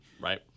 Right